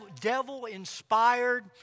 devil-inspired